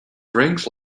drinks